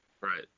Right